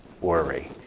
worry